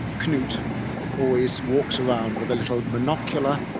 knut always walks around with a little monocular,